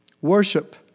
Worship